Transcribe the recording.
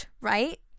right